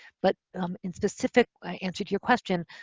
but um in specific answer to your question,